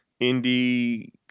indie